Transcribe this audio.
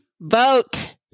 Vote